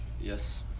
Yes